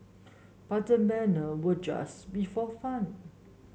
but the manner would just be for fun